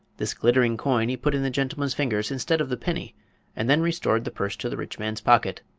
this glittering coin he put in the gentleman's fingers instead of the penny and then restored the purse to the rich man's pocket.